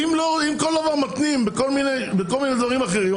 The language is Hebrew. אם כל הזמן מתנים בכל מיני דברים אחרים,